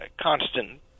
constant